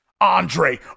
Andre